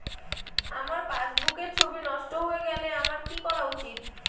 আমার পাসবুকের ছবি নষ্ট হয়ে গেলে আমার কী করা উচিৎ?